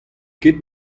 ket